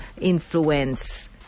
influence